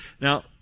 Now